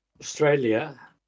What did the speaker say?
Australia